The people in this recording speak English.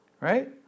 Right